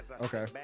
Okay